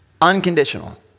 unconditional